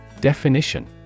Definition